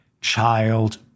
child